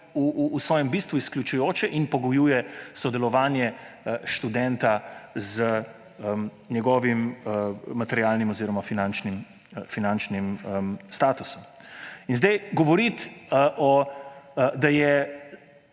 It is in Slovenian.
v svojem bistvu izključujoče in pogojuje sodelovanje študenta z njegovim materialnim oziroma finančnim statusom. In zdaj govoriti, da je